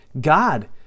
God